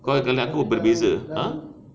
kau akan lihat aku berbeza